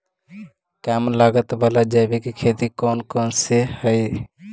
कम लागत वाला जैविक खेती कौन कौन से हईय्य?